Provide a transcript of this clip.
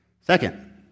Second